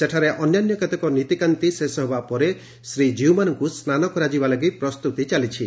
ସେଠାରେ ଅନ୍ୟାନ୍ୟ କେତେକ ନୀତିକାନ୍ତି ଶେଷ ହେବାପରେ ଶ୍ରୀଜୀଉମାନଙ୍କୁ ସ୍ୱାନ କରାଯିବା ଲାଗି ପ୍ରସ୍ତୁତି ଚାଲିଛି